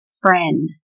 friend